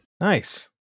Nice